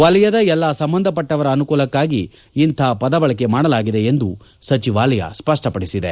ವಲಯದ ಎಲ್ಲಾ ಸಂಬಂಧಪಟ್ಟವರ ಅನುಕೂಲಕ್ಕಾಗಿ ಇಂತಹ ಪದ ಬಳಕೆ ಮಾಡಲಾಗಿದೆ ಎಂದು ಸಚಿವಾಲಯ ಸ್ಪಷ್ಟಪಡಿಸಿದೆ